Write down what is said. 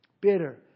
Bitter